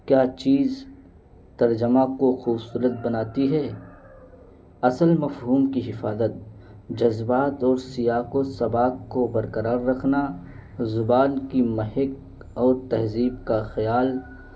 کیا چیز ترجمہ کو خوبصورت بناتی ہے اصل مفہوم کی حفاظت جذبات اور سیاق و سبق کو برقرار رکھنا زبان کی محک اور تہذیب کا خیال